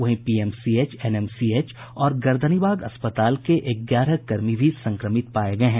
वहीं PMCH NMCH और गर्दनीबाग अस्पताल के ग्यारह कर्मी भी संक्रमित पाये गये हैं